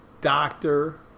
doctor